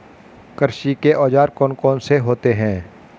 कृषि के औजार कौन कौन से होते हैं?